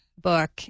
book